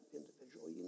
individual